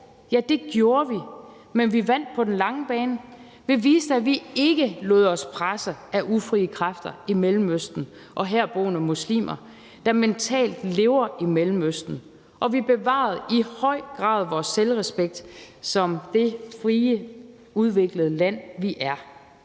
ja det gjorde vi, men vi vandt på den lange bane. Vi viste, at vi ikke lod os presse af ufrie kræfter i Mellemøsten og herboende muslimer, der mentalt lever i Mellemøsten, og vi bevarede i høj grad vores selvrespekt som det frie, udviklede land, vi er.